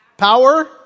Power